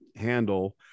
handle